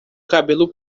cabelo